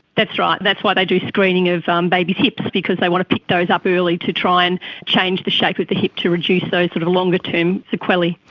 that's right, that's why they do screening of um babies' hips, but because they want to pick those up early to try and change the shape of the hip to reduce those sort of longer-term sequelae.